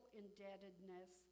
indebtedness